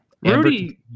Rudy